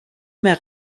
mehr